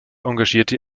engagierte